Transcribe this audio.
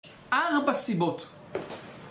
אה, ארבע סיבות